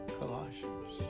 Colossians